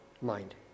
mind